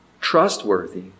Trustworthy